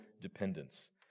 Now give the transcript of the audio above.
dependence